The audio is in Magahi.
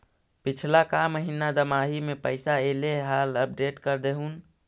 पिछला का महिना दमाहि में पैसा ऐले हाल अपडेट कर देहुन?